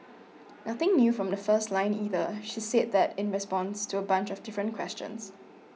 nothing new from the first line either she's said that in response to a bunch of different questions